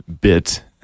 bit